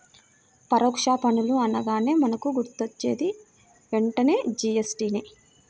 పరోక్ష పన్నులు అనగానే మనకు గుర్తొచ్చేది వెంటనే జీ.ఎస్.టి నే